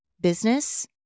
business